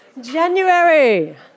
January